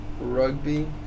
Rugby